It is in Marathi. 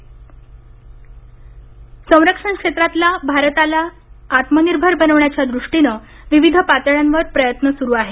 लष्कर संरक्षण क्षेत्रात भारताला आत्मनिर्भर बनवण्याच्या दृष्टीनं विविध पातळ्यांवर प्रयत्न सुरू आहेत